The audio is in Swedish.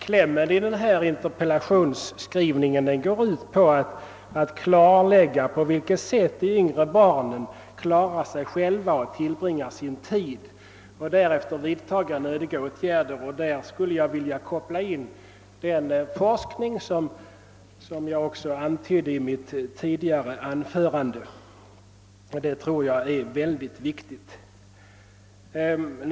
Klämmen i min interpellation går emellertid ut på att »klarlägga på vilket sätt de yngre barnen, som ——— ”klarar sig själva', tillbringar sin tid, och därefter vidtaga nödiga åtgärder». I det sammanhanget skulle jag vilja koppla in den forskning, som jag antydde i mitt tidigare anförande. Det tror jag är mycket viktigt.